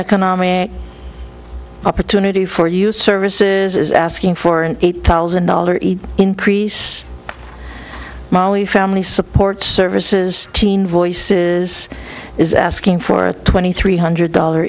economic opportunity for youth services is asking for an eight thousand dollars increase molly family support services teen voices is asking for a twenty three hundred dollar